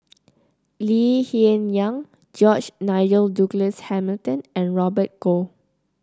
Lee Hsien Yang George Nigel Douglas Hamilton and Robert Goh